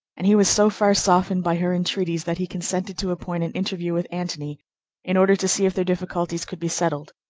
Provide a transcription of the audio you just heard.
and he was so far softened by her entreaties that he consented to appoint an interview with antony in order to see if their difficulties could be settled.